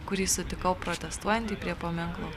kurį sutikau protestuojantį prie paminklo